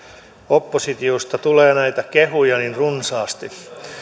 oppositiosta tulee näitä kehuja niin runsaasti